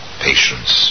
Patience